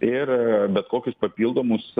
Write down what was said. ir bet kokius papildomus